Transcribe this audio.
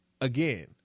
Again